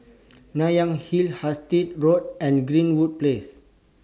Nanyang Hill Hastings Road and Greenwood Place